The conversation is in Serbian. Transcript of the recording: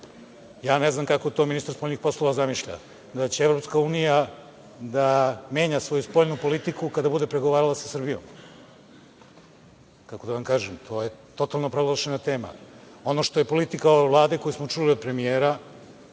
Ja ne znam kako to ministar spoljnih poslova zamišlja, da će EU da menja svoju spoljnu politiku kada bude pregovarala sa Srbijom? Kako da vam kažem, to je totalno promašena tema. Ono što je politika ove Vlade, koju smo čuli od premijera,